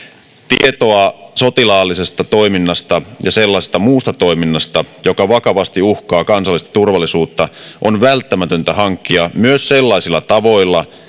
tietoa sotilaallisesta toiminnasta ja sellaisesta muusta toiminnasta joka vakavasti uhkaa kansallista turvallisuutta on välttämätöntä hankkia myös sellaisilla tavoilla